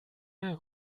der